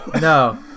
No